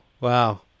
wow